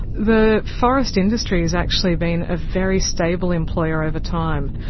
the forest industry's actually been a very stable employer over time.